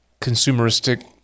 consumeristic